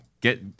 get